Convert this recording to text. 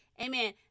amen